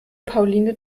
pauline